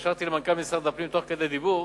התקשרתי למנכ"ל משרד הפנים תוך כדי דיבור,